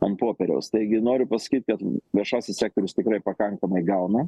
ant popieriaus taigi noriu pasakyt kad viešasis sektorius tikrai pakankamai gauna